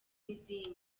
n’izindi